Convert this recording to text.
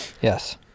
Yes